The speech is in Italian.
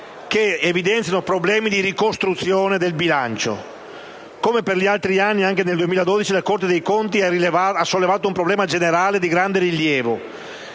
che evidenziano problemi di ricostruzione del bilancio. Come per gli altri anni, anche per il 2012 la Corte dei conti ha sollevato un problema generale di grande rilievo